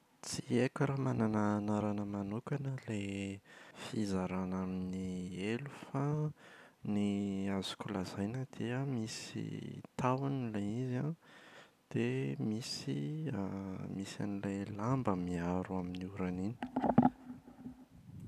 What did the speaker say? Tsy haiko raha manana anarana manokana ilay fizarana amin’ny elo fa ny azoko lazaina dia misy tahony ilay izy an dia misy misy an’ilay lamba miaro amin’ny orana iny